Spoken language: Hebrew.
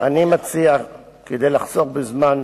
כדי לחסוך בזמן,